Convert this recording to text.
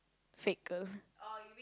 fake girl